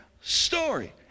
story